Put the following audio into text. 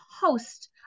host